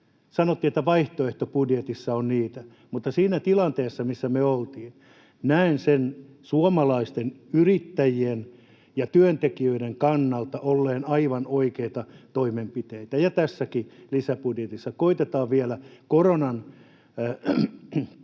Sanottiin, että vaihtoehtobudjetissa on niitä, mutta siinä tilanteessa, missä me oltiin, näen noiden olleen suomalaisten yrittäjien ja työntekijöiden kannalta aivan oikeita toimenpiteitä. Tässäkin lisäbudjetissa koetetaan vielä koronan